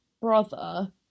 brother